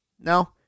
No